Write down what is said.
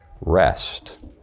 rest